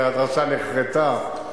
והדרשה נחרתה,